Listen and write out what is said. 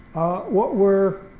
what we're